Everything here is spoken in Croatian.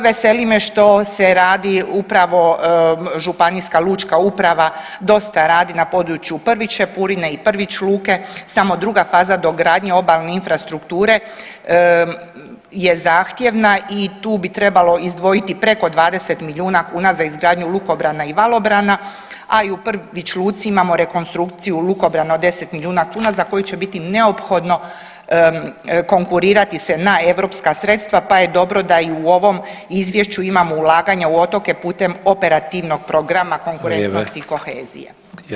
Veseli me što se radi upravo županijska lučka uprava, dosta radi na području Prvić Šepurine i Prvić luke, samo druga faza dogradnje obalne infrastrukture je zahtjevna i tu bi trebalo izdvojiti preko 20 miliona kuna za izgradnju lukobrana i valobrana, a i u Prvić luci imamo rekonstrukciju lukobrana od 10 milijuna kuna za koju će biti neophodno konkurirati se na europska sredstva pa je dobro da i u ovom izvješću imamo ulaganje u otoke putem Operativnog programa Konkurentnost i [[Upadica: Vrijeme.]] kohezija.